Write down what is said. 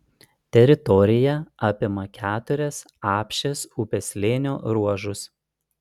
teritorija apima keturis apšės upės slėnio ruožus